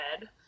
red